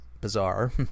bizarre